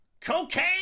cocaine